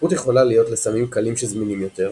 ההתמכרות יכולה להיות לסמים קלים שזמינים יותר,